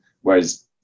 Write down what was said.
whereas